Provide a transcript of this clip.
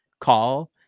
call